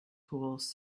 tools